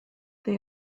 they